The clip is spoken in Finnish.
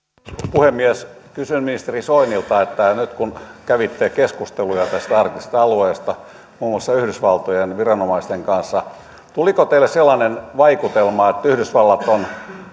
puhemies kysyn ministeri soinilta että kun nyt kävitte keskusteluja tästä arktisesta alueesta muun muassa yhdysvaltojen viranomaisten kanssa tuliko teille sellainen vaikutelma että yhdysvallat on